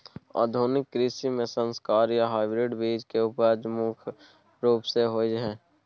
आधुनिक कृषि में संकर या हाइब्रिड बीज के उपजा प्रमुख रूप से होय हय